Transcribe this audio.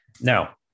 Now